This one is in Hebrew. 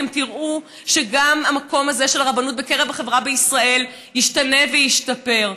אתם תראו שגם המקום הזה של הרבנות בקרב החברה בישראל ישתנה וישתפר.